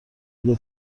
اگه